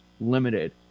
Limited